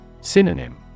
Synonym